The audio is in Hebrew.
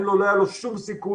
לא היה לו שום סיכוי,